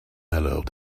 allowed